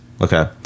okay